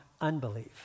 unbelief